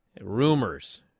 rumors